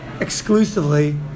exclusively